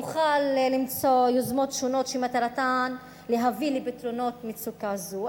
נוכל למצוא יוזמות שונות שמטרתן להביא לפתרונות מצוקה זו.